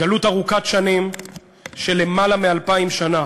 גלות ארוכה של למעלה מאלפיים שנה